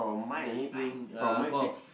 that's playing uh golf